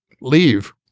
leave